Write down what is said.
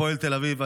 הפועל תל אביב,